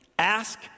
Ask